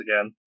again